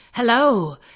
Hello